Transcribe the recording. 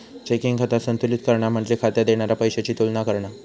checking खाता संतुलित करणा म्हणजे खात्यात येणारा पैशाची तुलना करणा